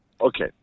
Okay